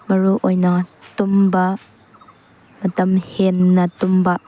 ꯃꯔꯨ ꯑꯣꯏꯅ ꯇꯨꯝꯕ ꯃꯇꯝ ꯍꯦꯟꯅ ꯇꯨꯝꯕ